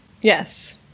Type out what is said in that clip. Yes